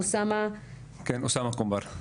אוסאמה קנבר.